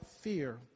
Fear